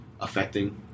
affecting